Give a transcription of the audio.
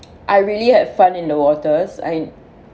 I really had fun in the waters I